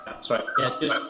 Sorry